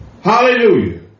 Hallelujah